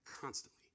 constantly